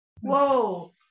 whoa